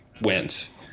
wins